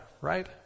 right